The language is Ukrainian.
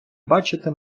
бачити